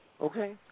Okay